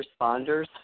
responders